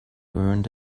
earned